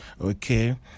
okay